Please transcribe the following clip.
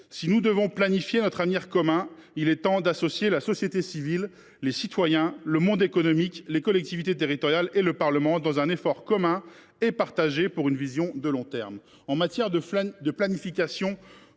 Si nous devons planifier notre avenir commun, il est temps d’associer la société civile, les citoyens, le monde économique, les collectivités territoriales et le Parlement dans un effort commun et partagé pour une vision de long terme. En matière de planification,